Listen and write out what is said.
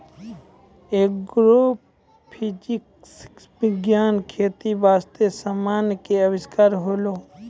agrophysics विज्ञान खेती बास्ते समान के अविष्कार होलै